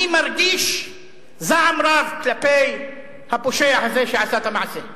אני מרגיש זעם רב כלפי הפושע הזה שעשה את המעשה.